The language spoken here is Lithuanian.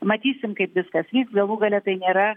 matysim kaip viskas vyks galų gale tai nėra